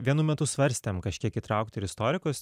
vienu metu svarstėm kažkiek įtraukt ir istorikus